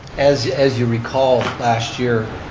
as as you recall last year